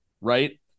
right